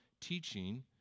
teaching